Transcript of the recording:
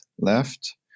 left